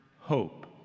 hope